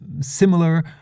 similar